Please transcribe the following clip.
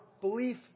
belief